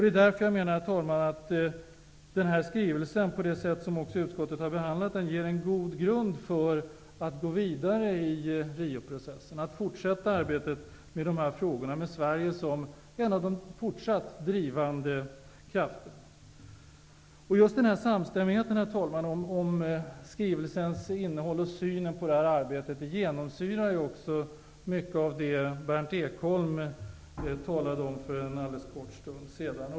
Det är därför som den här skrivelsen och det sätt på vilket utskottet har behandlat den ger en god grund för att gå vidare i Rioprocessen, att fortsätta arbetet med Sverige som en av de drivande krafterna. Just denna samstämmighet kring skrivelsens innehåll och synen på det här arbetet genomsyrar mycket av det som Berndt Ekholm talade om för en kort stund sedan.